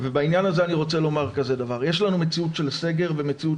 ובעניין הזה אני רוצה לומר כזה דבר: יש לנו מציאות של סגר ומציאות